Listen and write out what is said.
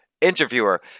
interviewer